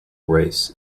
race